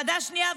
הוועדה השנייה,